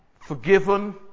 Forgiven